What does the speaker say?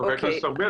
חבר הכנסת ארבל,